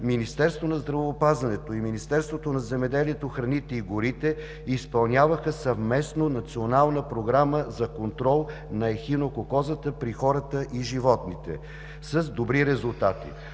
Министерството на здравеопазването и Министерството на земеделието, храните и горите изпълняваха съвместно Национална програма за контрол на ехинококозата при хората и животните с добри резултати.